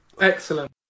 Excellent